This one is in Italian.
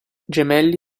gemelli